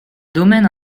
domaines